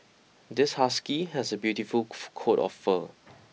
this husky has a beautiful coat of fur